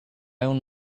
own